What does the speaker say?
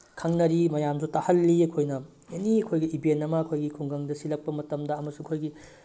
ꯈꯪꯅꯔꯤ ꯃꯌꯥꯝꯁꯨ ꯇꯥꯍꯜꯂꯤ ꯑꯩꯈꯣꯏꯅ ꯑꯦꯅꯤ ꯑꯩꯈꯣꯏꯒꯤ ꯏꯚꯦꯟ ꯑꯃ ꯑꯩꯈꯣꯏꯒꯤ ꯈꯨꯡꯒꯪꯗ ꯁꯤꯜꯂꯛꯄ ꯃꯇꯝꯗ ꯑꯃꯁꯨ ꯑꯩꯈꯣꯏꯒꯤ